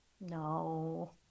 no